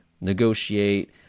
negotiate